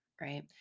right